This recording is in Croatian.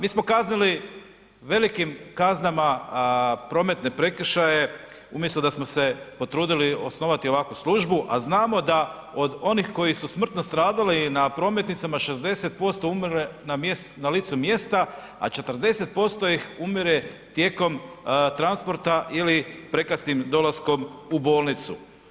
Mi smo kazali velikim kaznama prometne prekršaje umjesto da smo se potrudili osnovati ovakvu službu, a znamo da od onih koji su smrtno stradali na prometnicama, 60% umre na licu mjesta, a 40% ih umire od tijekom transporta ili prekasnim dolaskom u bolnicu.